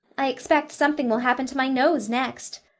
i expect something will happen to my nose next.